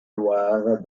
loire